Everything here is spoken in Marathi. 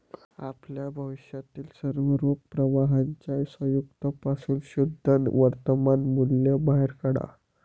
आपल्या भविष्यातील सर्व रोख प्रवाहांच्या संयुक्त पासून शुद्ध वर्तमान मूल्य बाहेर काढा